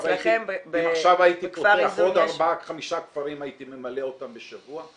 אם עכשיו הייתי פותח עוד ארבעה-חמשה כפרים הייתי ממלא אותם בשבוע.